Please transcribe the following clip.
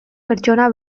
pertsona